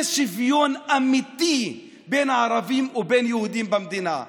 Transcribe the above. זה שוויון אמיתי בין הערבים ובין יהודים במדינה.